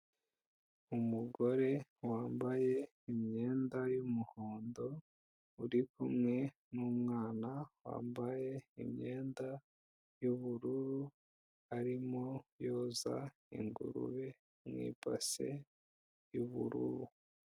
Umugore wambaye imyenda y'umuhondo, uri kumwe n'umwana wambaye imyenda y'ubururu, arimo yoza ingurube mu ibase y'ubururu.